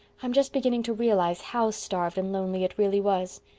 i'm just beginning to realize how starved and lonely it really was.